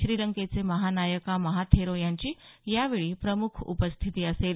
श्रीलंकेचे महानायका महाथेरो यांची यावेळी प्रमुख उपस्थिती असेल